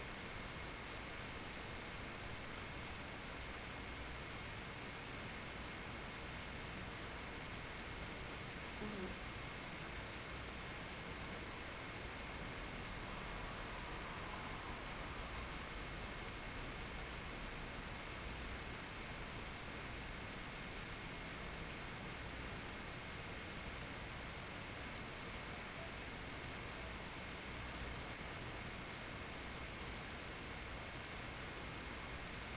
mm